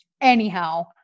Anyhow